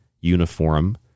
uniform